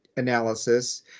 analysis